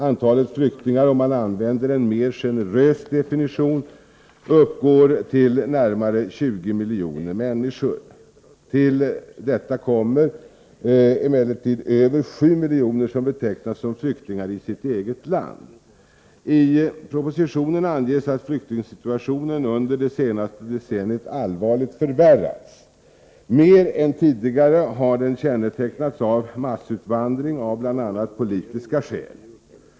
Antalet flyktingar — om man använder en mer generös definition — uppgår till närmare 20 miljoner människor. Till detta kommer emellertid över 7 miljoner, som betecknas som flyktingar i sitt eget land. I propositionen anges att flyktingsituationen under det senaste decenniet allvarligt förvärrats. Mer än tidigare har den kännetecknats av massutvandring av bl.a. politiska skäl.